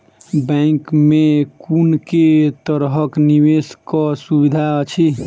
Bank मे कुन केँ तरहक निवेश कऽ सुविधा अछि?